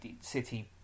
City